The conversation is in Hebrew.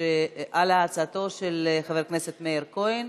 על הצעתו של חבר הכנסת מאיר כהן,